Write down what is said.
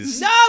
No